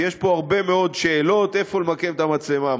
כי יש פה הרבה מאוד שאלות: איפה למקם את המצלמה,